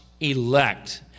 elect